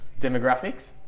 demographics